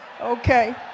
okay